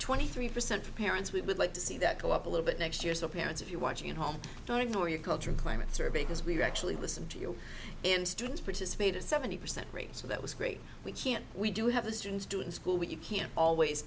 twenty three percent for parents we would like to see that go up a little bit next year so parents if you're watching at home don't ignore your cultural climates are because we are actually listen to you and students participate at seventy percent rate so that was great we can't we do have the students do in school but you can always